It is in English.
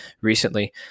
recently